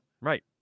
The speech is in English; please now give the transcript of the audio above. Right